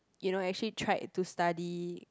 you know actually tried to study